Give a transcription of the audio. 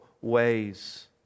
ways